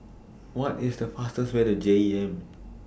What IS The fastest Way to J E M